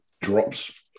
drops